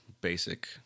basic